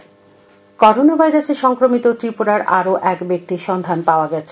corona Tripura corona ভাইরাসে সংক্রমিত ত্রিপুরার আরও এক ব্যক্তির সন্ধান পাওয়া গেছে